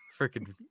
Freaking